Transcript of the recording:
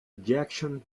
jackson